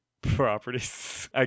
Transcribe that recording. properties